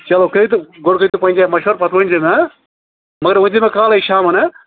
چلو کٔرۍتو گۄڈٕ کٔرۍتو پَنٛنہِ جایہِ مَشوَر پَتہٕ ؤنۍزیو مےٚ ہاں مگر ؤنۍزیو مےٚ کالَے شامَن ہاں